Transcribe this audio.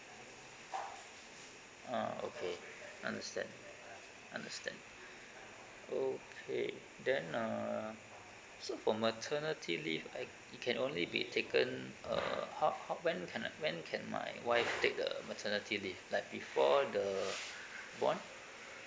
ah okay understand understand okay then uh so for maternity leave I it can only be taken uh how how when can when can my wife take the maternity leave like before the born